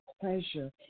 pleasure